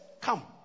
Come